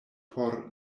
por